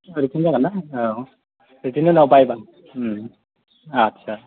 written जागोन्ना औ रिटेननि उनाव भाइभा आटसा